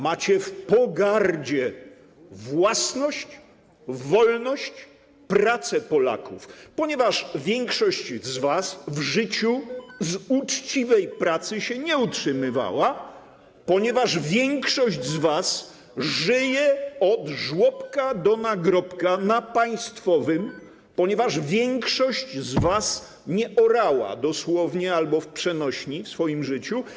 Macie w pogardzie własność, wolność, pracę Polaków, ponieważ większość z was w życiu z uczciwej pracy się nie utrzymywała, ponieważ większość z was żyje od żłobka do nagrobka na państwowym, ponieważ większość z was nie orała, dosłownie albo w przenośni, w życiu.